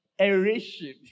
aeration